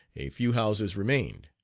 a few houses remained.